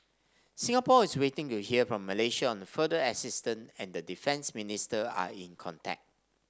Singapore is waiting to hear from Malaysia on further assistance and the defence minister are in contact